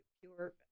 pure